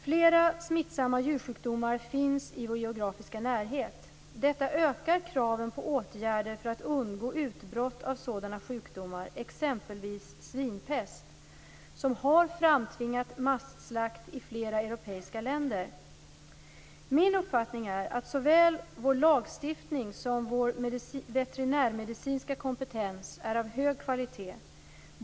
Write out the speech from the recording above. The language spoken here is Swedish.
Flera smittsamma djursjukdomar finns i vår geografiska närhet. Detta ökar kraven på åtgärder för att undgå utbrott av sådana sjukdomar, exempelvis svinpest som har framtvingat masslakt i flera europeiska länder. Min uppfattning är att såväl vår lagstiftning som vår veterinärmedicinska kompetens är av hög kvalitet.